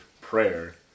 prayer